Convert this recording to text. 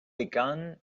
begun